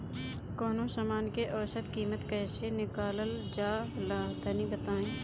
कवनो समान के औसत कीमत कैसे निकालल जा ला तनी बताई?